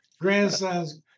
grandson's